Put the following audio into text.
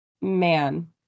man